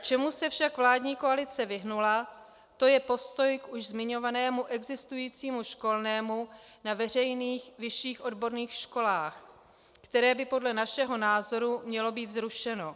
Čemu se však vládní koalice vyhnula, to je postoj už k zmiňovanému existujícímu školnému na veřejných vyšších odborných školách, které by podle našeho názoru mělo být zrušeno.